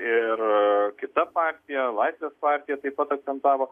ir kita partija laisvės partija taip pat akcentavo